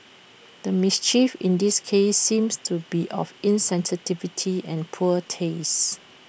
the mischief in this case seems to be of insensitivity and poor taste